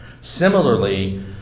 Similarly